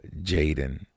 Jaden